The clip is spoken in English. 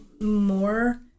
more